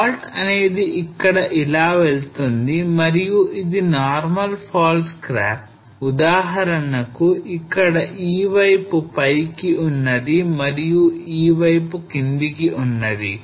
Fault అనేది ఇక్కడ ఇలా వెళ్తుంది మరియు ఇది normal fault scarp ఉదాహరణకు ఇక్కడ ఈ వైపు పైకి ఉన్నది మరియు ఈ వైపు కిందికి ఉంది